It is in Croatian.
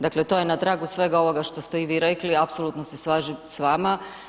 Dakle to je na tragu svega ovoga što ste i vi rekli, apsolutno se slažem s vama.